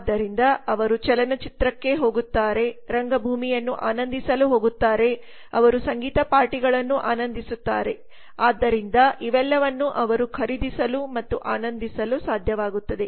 ಆದ್ದರಿಂದ ಅವರು ಚಲನಚಿತ್ರಕ್ಕೆ ಹೋಗುತ್ತಾರೆ ರಂಗಭೂಮಿಯನ್ನು ಆನಂದಿಸಲು ಹೋಗುತ್ತಾರೆ ಅವರು ಸಂಗೀತ ಪಾರ್ಟಿಗಳನ್ನು ಆನಂದಿಸುತ್ತಾರೆ ಆದ್ದರಿಂದ ಇವೆಲ್ಲವನ್ನೂ ಅವರು ಖರೀದಿಸಲು ಮತ್ತು ಆನಂದಿಸಲು ಸಾಧ್ಯವಾಗುತ್ತದೆ